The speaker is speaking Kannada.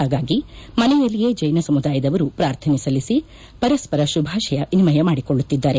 ಹಾಗಾಗಿ ಮನೆಯಲ್ಲಿಯೇ ಜೈನ ಸಮುದಾಯದವರು ಪ್ರಾರ್ಥನೆ ಸಲ್ಲಿಸಿ ಪರಸ್ಪರ ಶುಭಾಶಯ ವಿನಿಮಯ ಮಾಡಿಕೊಳ್ಳುತ್ತಿದ್ದಾರೆ